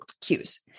cues